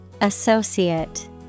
Associate